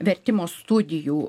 vertimo studijų